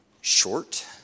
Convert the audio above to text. short